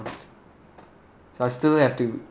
so I'll still have to